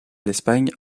l’espagne